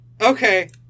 Okay